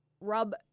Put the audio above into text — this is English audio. rub –